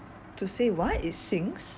to see what it sinks